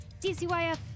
DCYF